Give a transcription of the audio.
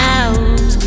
out